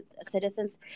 citizens